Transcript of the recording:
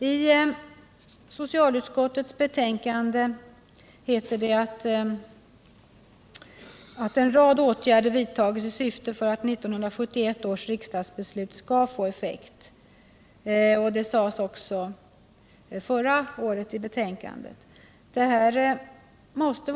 I socialutskottets betänkande heter det att en rad åtgärder vidtagits i syfte att 1971 års riksdagsbeslut skall få effekt, och detta sades också förra året i betänkandet. Herr talman!